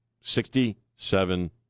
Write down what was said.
Sixty-seven